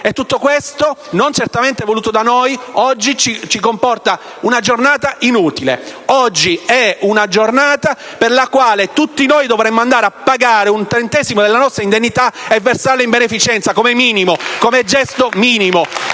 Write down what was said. E tutto questo, non certamente voluto da noi, oggi ci comporta una giornata inutile. Oggi è una giornata per la quale tutti noi dovremmo andare a versare un trentesimo della nostra indennità in beneficenza, come minimo,